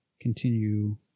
continue